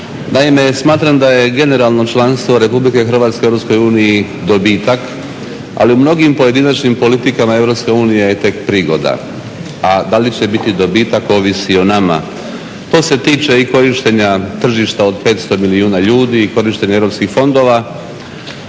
Naime, smatram da je generalno članstvo RH u EU dobitak, ali u mnogim pojedinačnim politikama EU je tek prigoda. A da li će biti dobitak ovisi o nama. To se tiče i korištenja tržišta od 500 milijuna ljudi i korištenja europskih fondova,